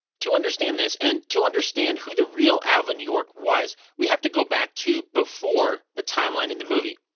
to understand this, and to understand who the real alvin york was, we have to go back to before the timeline in the movie.